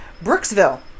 Brooksville